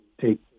take